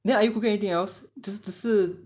then are you putting in anything else 只只是